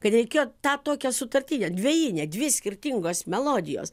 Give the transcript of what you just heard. kad reikėjo tą tokią sutartinę dvejinę dvi skirtingos melodijos